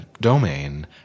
domain